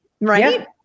right